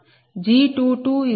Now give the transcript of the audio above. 0G220